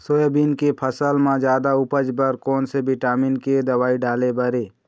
Soybean के फसल म जादा उपज बर कोन से विटामिन के दवई डाले बर ये?